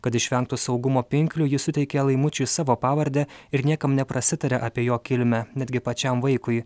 kad išvengtų saugumo pinklių ji suteikė laimučiui savo pavardę ir niekam neprasitarė apie jo kilmę netgi pačiam vaikui